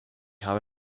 habe